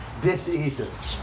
diseases